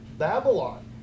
Babylon